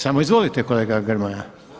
Samo izvolite kolega Grmoja.